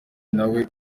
nawe